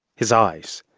his eyes,